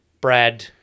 Brad